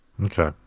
Okay